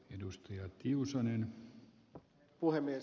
arvoisa herra puhemies